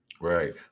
Right